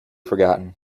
forgotten